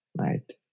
Right